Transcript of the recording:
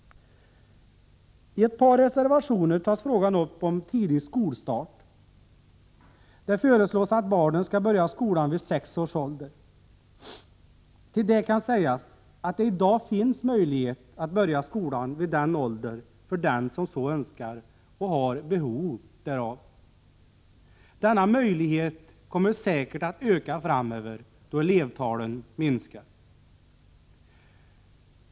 I ett par reservationer tas frågan om tidig skolstart upp. Det föreslås att barnen skall börja skolan vid sex års ålder. Till det kan sägas att det redan nu finns möjlighet att börja skolan vid den åldern för den som så önskar och har behov därav. Denna möjlighet kommer säkert att öka framöver, då elevtalen minskar.